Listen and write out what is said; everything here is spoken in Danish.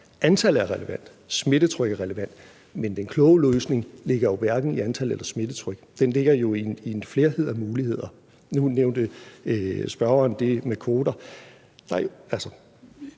antal er relevant, smittetryk er relevant, men den kloge løsning ligger hverken i antal eller i smittetryk, den ligger jo i en flerhed af muligheder. Nu nævnte medspørgeren det med kvoter